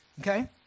okay